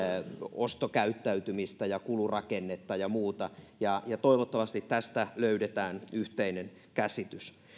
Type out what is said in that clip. ostokäyttäytymistä ja kulurakennetta ja muuta toivottavasti tästä löydetään yhteinen käsitys